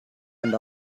and